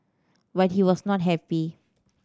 but he was not happy